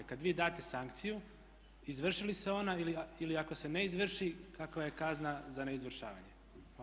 Kada vi date sankciju izvrši li se ona ili ako se ne izvrši kakva je kazna za neizvršavanje?